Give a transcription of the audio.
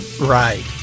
Right